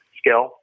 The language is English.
skill